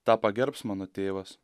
tą pagerbs mano tėvas